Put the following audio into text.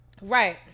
Right